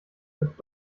wird